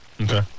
Okay